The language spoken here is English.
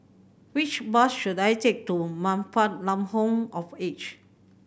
which bus should I take to Man Fatt Lam Home of Aged